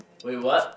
what you what